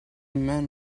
men